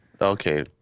Okay